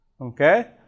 Okay